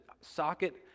socket